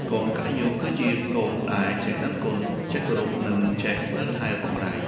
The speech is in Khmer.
កូនកត្ដញ្ញូ គឺជាកូនដែលចេះដឹងគុណ ចេះគោរព និងចេះមើលថែឪពុកម្តាយ។